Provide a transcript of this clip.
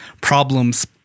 problems